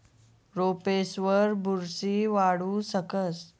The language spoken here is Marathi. रोपेसवर बुरशी वाढू शकस